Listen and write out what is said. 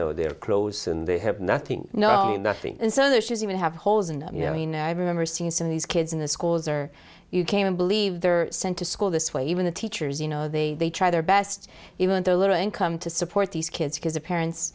know their clothes and they have nothing no nothing and so their shoes even have holes in them you know you know i remember seeing some of these kids in the schools or you came and believe they were sent to school this way even the teachers you know they they try their best even their little income to support these kids because the parents